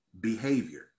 behavior